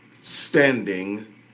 standing